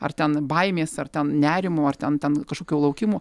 ar ten baimės ar ten nerimo ar ten ten kažkokio laukimo